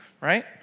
right